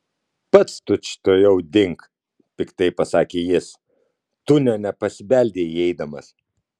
pats tučtuojau dink piktai pasakė jis tu nė nepasibeldei įeidamas